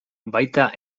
baita